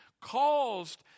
caused